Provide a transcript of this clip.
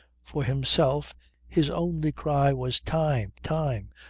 for himself his only cry was time! time!